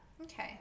Okay